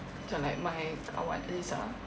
macam like my kawan elisa